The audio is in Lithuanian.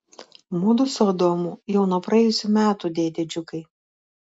mudu su adomu jau nuo praėjusių metų dėde džiugai